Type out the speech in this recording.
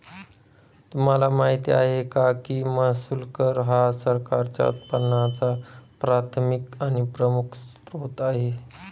तुम्हाला माहिती आहे का की महसूल कर हा सरकारच्या उत्पन्नाचा प्राथमिक आणि प्रमुख स्त्रोत आहे